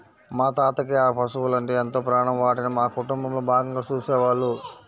మా తాతకి ఆ పశువలంటే ఎంతో ప్రాణం, వాటిని మా కుటుంబంలో భాగంగా చూసేవాళ్ళు